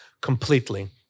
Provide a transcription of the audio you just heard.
completely